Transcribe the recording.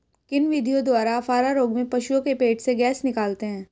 किन विधियों द्वारा अफारा रोग में पशुओं के पेट से गैस निकालते हैं?